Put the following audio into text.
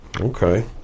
Okay